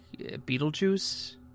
Beetlejuice